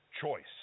Choice